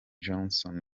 johnson